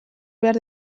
behar